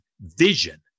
vision